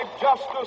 justice